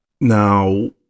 Now